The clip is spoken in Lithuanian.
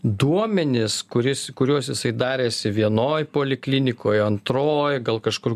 duomenis kuris kuriuos jisai darėsi vienoj poliklinikoj antroj gal kažkur